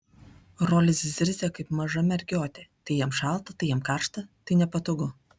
rolis zirzia kaip maža mergiotė tai jam šalta tai jam karšta tai nepatogu